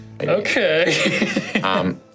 okay